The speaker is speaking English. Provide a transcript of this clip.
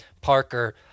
Parker